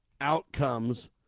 outcomes